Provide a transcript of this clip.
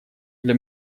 для